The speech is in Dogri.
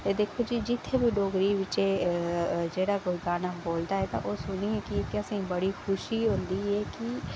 ते जित्थै बी डोगरी बिचें जेह्ड़ा बोलदा ना ते ओह् सुनियै कि असेंगी बड़ी खुशी होंदी ऐ कि